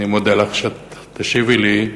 אני מודה לך שאת תשיבי לי.